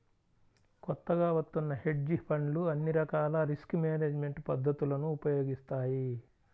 కొత్తగా వత్తున్న హెడ్జ్ ఫండ్లు అన్ని రకాల రిస్క్ మేనేజ్మెంట్ పద్ధతులను ఉపయోగిస్తాయి